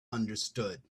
understood